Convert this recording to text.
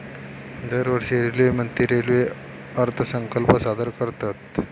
दरवर्षी रेल्वेमंत्री रेल्वे अर्थसंकल्प सादर करतत